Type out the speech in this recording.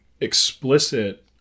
explicit